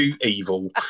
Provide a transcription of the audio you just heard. evil